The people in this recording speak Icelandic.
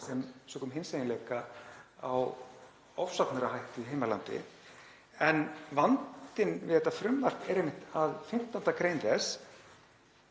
sem sökum hinseiginleika á ofsóknir á hættu í heimalandinu. En vandinn við þetta frumvarp er einmitt að 15. gr. þess